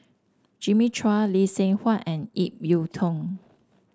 Jimmy Chua Lee Seng Huat and Ip Yiu Tung